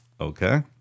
Okay